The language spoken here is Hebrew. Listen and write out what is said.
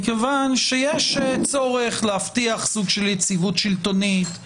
מכיוון שיש צורך להבטיח סוג של יציבות שלטונית,